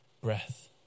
breath